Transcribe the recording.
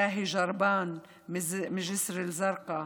זאהי ג'ורבאן מג'יסר א-זרקא,